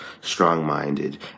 strong-minded